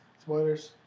Spoilers